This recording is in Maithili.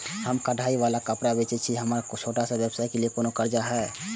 हम कढ़ाई वाला कपड़ा बेचय छिये, की हमर छोटा व्यवसाय के लिये कोनो कर्जा है?